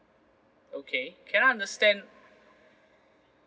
okay can I understand